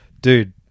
Dude